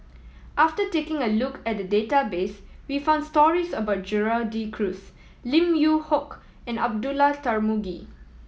after taking a look at the database we found stories about Gerald De Cruz Lim Yew Hock and Abdullah Tarmugi